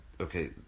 okay